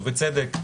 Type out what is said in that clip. ובצדק,